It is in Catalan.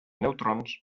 neutrons